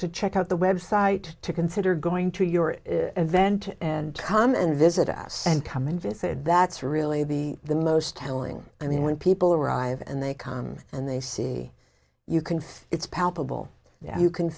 to check out the website to consider going to your event and come and visit us and come and visit that's really be the most telling i mean when people arrive and they come and they see you confess it's palpable you can